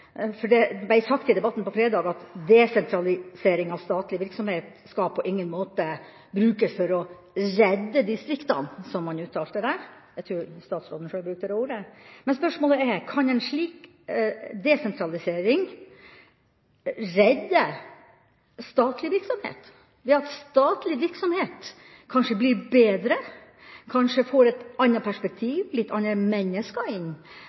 Det ble sagt i debatten på fredag at desentralisering av statlig virksomhet skal på ingen måte brukes for å redde distriktene, som man uttalte det – jeg tror statsråden sjøl brukte de ordene. Men spørsmålet er: Kan slik desentralisering redde statlig virksomhet – det at statlig virksomhet kanskje blir bedre, kanskje får et annet perspektiv, litt andre mennesker inn,